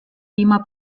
beamer